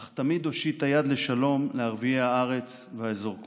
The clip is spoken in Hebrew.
אך תמיד הושיטה יד לשלום לערביי הארץ והאזור כולו.